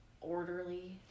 orderly